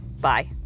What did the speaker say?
Bye